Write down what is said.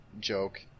joke